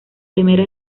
primera